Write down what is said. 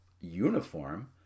uniform